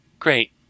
Great